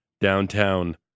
downtown